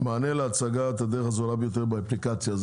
מענה להצגת הדרך הזולה ביותר באפליקציה,